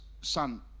son